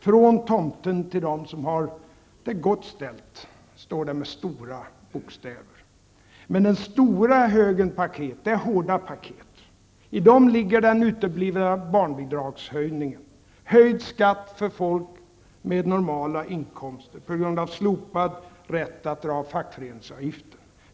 ''Från tomten till dem som har det gott ställt'', står det med stora bokstäver. Men den stora högen paket är hårda paket. I dem ligger den uteblivna barnbidragshöjningen, höjd skatt för folk med normala inkomster på grund av slopad rätt att dra av fackföreningsavgiften.